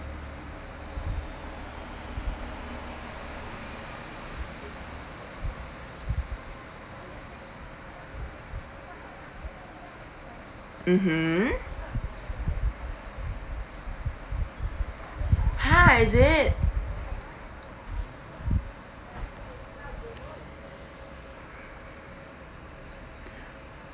mmhmm !huh! is it